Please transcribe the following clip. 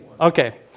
Okay